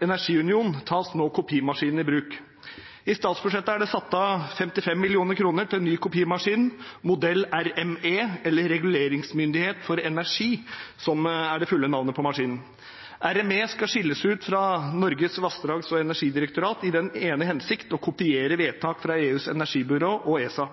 energiunion tas nå kopimaskinen i bruk. I statsbudsjettet er det satt av 55 mill. kr til ny kopimaskin, modell RME – eller Reguleringsmyndigheten for energi, som er det fulle navnet på maskinen. RME skal skilles ut fra Norges vassdrags- og energidirektorat i den ene hensikt å kopiere vedtak fra EUs energibyrå og ESA.